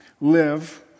Live